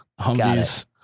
Humvees